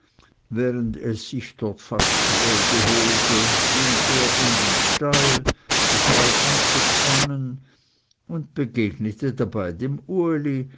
während es sich dort fast schläge holte ging er in den stall befahl anzuspannen und begegnete dabei dem